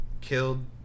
killed